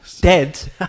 dead